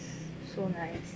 so nice